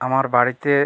আমার বাড়িতে